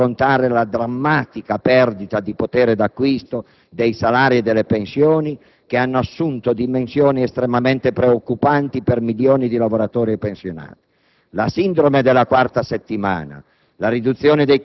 una politica redistributiva in grado di affrontare la drammatica perdita di potere di acquisto dei salari e delle pensioni, che ha assunto dimensioni estremamente preoccupanti per milioni di lavoratori e pensionati.